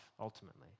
ultimately